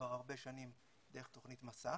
כבר הרבה שנים דרך תוכנית 'מסע'.